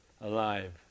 alive